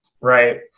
Right